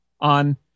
on